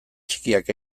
txikiak